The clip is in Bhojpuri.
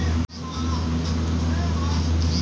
ऑनलाइन बकाया बिल कैसे जमा होला?